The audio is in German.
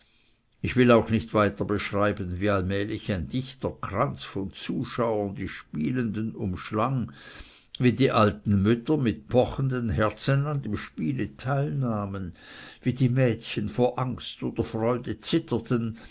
ich will auch nicht weiter beschreiben wie allmählich ein dichter kranz von zuschauern die spielenden umschlang wie die alten mütter mit pochenden herzen an dem spiele teilnahmen wie die mädchen vor angst oder freude zitterten